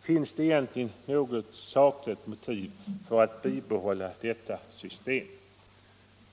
Finns det något sakligt motiv för att bibehålla detta system?